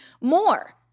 more